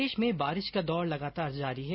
प्रदेश में बारिश का दौर लगातार जारी है